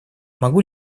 могу